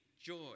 joy